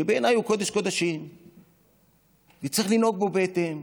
שבעיניי הוא קודש-קודשים וצריך לנהוג בו בהתאם,